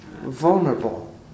vulnerable